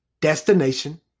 destination